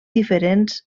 diferents